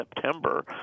September